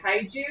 Kaiju